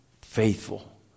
faithful